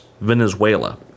Venezuela